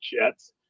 Jets